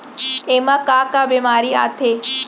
एमा का का बेमारी आथे?